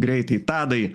greitai tadai